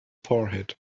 forehead